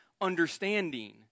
understanding